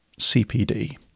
CPD